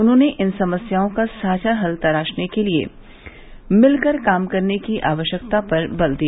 उन्होंने इन समस्याओं का साझा हल तलाशने के लिए मिलकर काम करने की आवश्यकता पर बल दिया